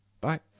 Bye